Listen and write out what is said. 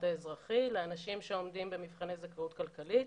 האזרחי לאנשים שעומדים במבחני זכאות כלכלית,